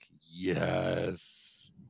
yes